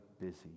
busy